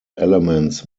elements